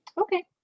Okay